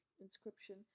inscription